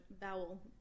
bowel